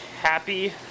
happy